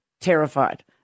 terrified